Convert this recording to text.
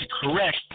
correct